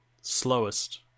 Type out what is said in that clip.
Slowest